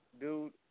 dude